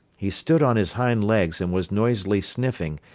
he stood on his hind legs and was noisily sniffing,